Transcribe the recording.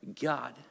god